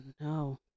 no